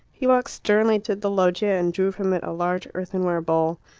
he walked sternly to the loggia and drew from it a large earthenware bowl.